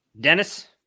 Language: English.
Dennis